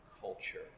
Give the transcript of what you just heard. culture